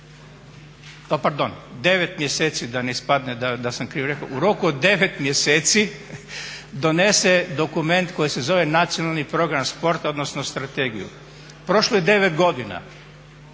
dana, pardon, 9 mjeseci da ne ispadne da sam krivo rekao. U roku od 9 mjeseci donese dokument koji se zove Nacionalni program sporta odnosno strategiju. Prošlo je 9 godina